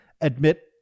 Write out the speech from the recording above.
admit